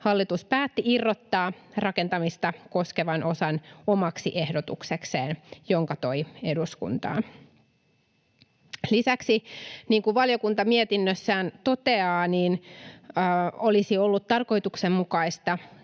hallitus päätti irrottaa rakentamista koskevan osan omaksi ehdotuksekseen, jonka se toi eduskuntaan. Lisäksi, niin kuin valiokunta mietinnössään toteaa, olisi ollut tarkoituksenmukaista